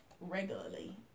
regularly